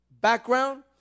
background